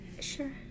sure